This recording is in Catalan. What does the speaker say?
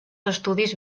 estudis